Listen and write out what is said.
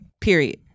Period